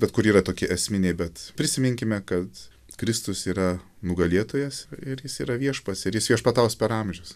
bet kur yra tokie esminiai bet prisiminkime kad kristus yra nugalėtojas ir jis yra viešpats ir jis viešpataus per amžius